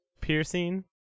piercing